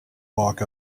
walk